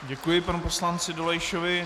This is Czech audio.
Děkuji panu poslanci Dolejšovi.